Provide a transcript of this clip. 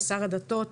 שר הדתות,